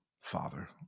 Father